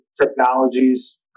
technologies